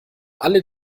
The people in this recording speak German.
alle